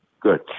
Good